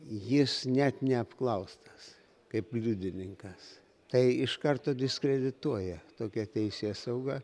jis net neapklaustas kaip liudininkas tai iš karto diskredituoja tokia teisėsauga